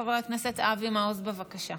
חבר הכנסת אבי מעוז, בבקשה.